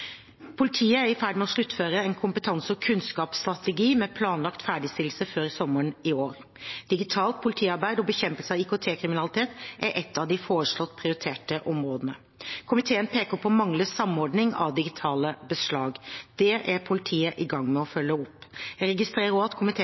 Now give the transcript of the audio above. Politiet er i ferd med å sluttføre en kompetanse- og kunnskapsstrategi med planlagt ferdigstillelse før sommeren i år. Digitalt politiarbeid og bekjempelse av IKT-kriminalitet er et av de foreslåtte prioriterte områdene. Komiteen peker på manglende samordning av digitale beslag. Det er politiet i gang med å følge opp. Jeg registrerer også at komiteens medlemmer fra Arbeiderpartiet og Senterpartiet antyder at